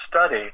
study